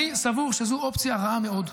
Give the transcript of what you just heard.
אני סבור שזו אופציה רעה מאוד.